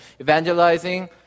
evangelizing